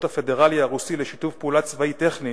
הפדרלי הרוסי לשיתוף פעולה צבאי-טכני,